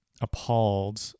appalled